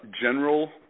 general